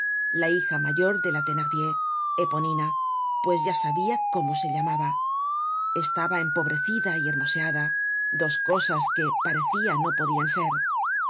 la hija mayor de la thenardier eponina pues ya sabia cómo se llamaba estaba empobrecida y hermoseada dos cosas que parecia no podian ser